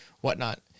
whatnot